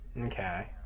Okay